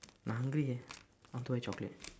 hungry eh I want to buy chocolate